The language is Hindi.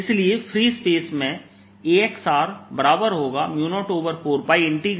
इसलिए फ्री स्पेस में Axr बराबर होगा 04πjxr